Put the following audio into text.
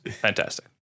Fantastic